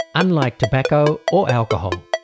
unlike tobacco or alcohol,